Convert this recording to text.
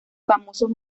famosos